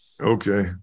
Okay